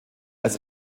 als